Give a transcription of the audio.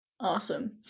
Awesome